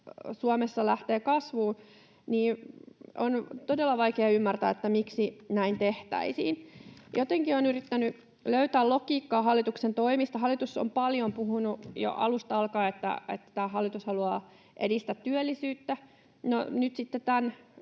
Suomessa lähtee kasvuun, niin on todella vaikea ymmärtää, miksi näin tehtäisiin. Jotenkin olen yrittänyt löytää logiikkaa hallituksen toimista. Hallitus on paljon puhunut jo alusta alkaen siitä, että tämä hallitus haluaa edistää työllisyyttä. Nyt sitten tämänkin